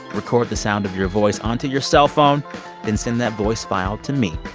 record the sound of your voice onto your cellphone and send that voice file to me.